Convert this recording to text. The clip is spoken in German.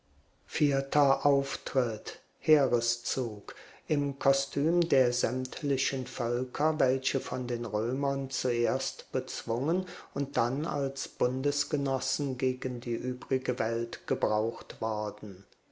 vierter auftritt heereszug im kostüm der sämtlichen völker welche von den römern zuerst bezwungen und dann als bundesgenossen gegen die übrige welt gebraucht worden